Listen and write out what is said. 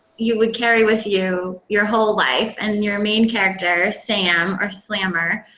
you would carry with you your whole life. and your main character, sam, or slammer,